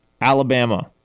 Alabama